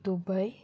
Dubai